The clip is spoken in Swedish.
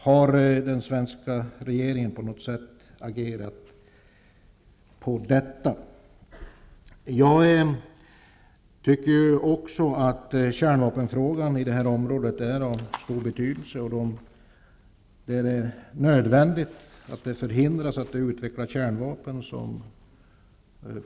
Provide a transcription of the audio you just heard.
Har den svenska regeringen på något sätt agerat med anledning av detta? Jag tycker också att kärnvapenfrågan är av stor betydelse i det här området. Det är, som flera talare, också Hadar Cars, har sagt, nödvändigt att man förhindrar att det där utvecklas kärnvapen.